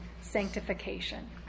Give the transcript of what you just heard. sanctification